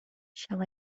shall